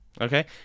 Okay